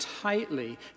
tightly